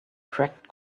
cracked